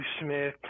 Smith